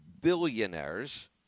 Billionaires